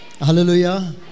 Hallelujah